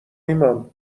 ایمان